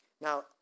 Now